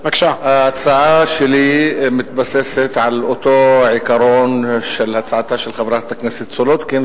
ההצעה שלי מתבססת על אותו עיקרון של הצעתה של חברת הכנסת סולודקין,